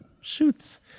shoots